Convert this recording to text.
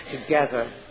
Together